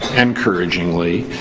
and encouragingly,